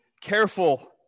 careful